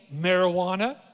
marijuana